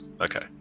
okay